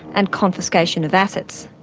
and confiscation of assets.